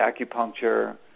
acupuncture